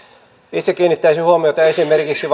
itse kiinnittäisin huomiota esimerkiksi